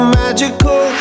magical